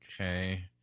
Okay